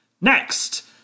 Next